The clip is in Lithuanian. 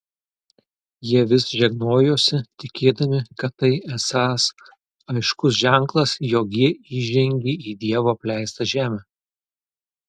jie vis žegnojosi tikėdami kad tai esąs aiškus ženklas jog jie įžengė į dievo apleistą žemę